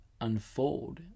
unfold